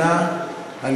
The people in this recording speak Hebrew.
"כיפת ברזל" מגִנה, אין לנו.